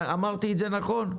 אמרתי את זה נכון?